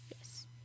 Yes